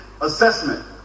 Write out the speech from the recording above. assessment